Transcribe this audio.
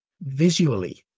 visually